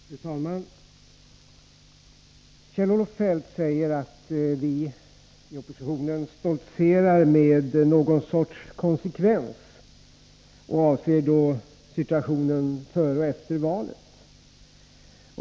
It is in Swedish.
Fru talman! Kjell-Olof Feldt säger att vi i oppositionen stoltserar med någon sorts konsekvens och avser då situationen före resp. efter valet.